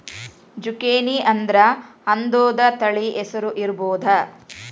ಜುಕೇನಿಅಂದ್ರ ಅದೊಂದ ತಳಿ ಹೆಸರು ಇರ್ಬಹುದ